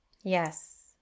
Yes